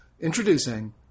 introducing